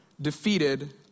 defeated